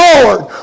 Lord